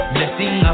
Blessing